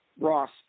Ross